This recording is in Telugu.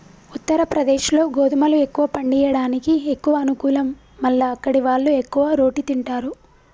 ఉత్తరప్రదేశ్లో గోధుమలు ఎక్కువ పండియడానికి ఎక్కువ అనుకూలం మల్ల అక్కడివాళ్లు ఎక్కువ రోటి తింటారు